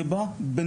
זה בא בנוסף,